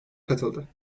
katıldı